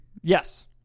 Yes